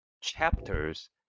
chapters